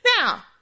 Now